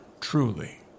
truly